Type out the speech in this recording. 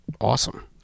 awesome